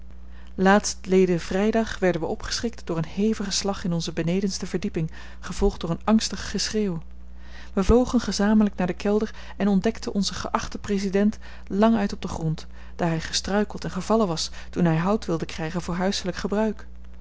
laatstleden vrijdag werden we opgeschrikt door een hevigen slag in onze benedenste verdieping gevolgd door een angstig geschreeuw we vlogen gezamenlijk naar den kelder en ontdekten onzen geachten president languit op den grond daar hij gestruikeld en gevallen was toen hij hout wilde krijgen voor huiselijk gebruik